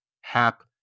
Hap